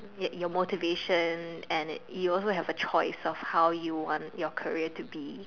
you your motivation and you also have a choice of how you want your career to be